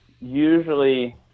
usually